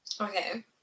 okay